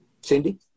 Cindy